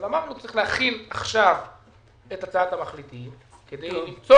אבל אמרנו שצריך להחיל עכשיו את הצעת המחליטים כדי למצוא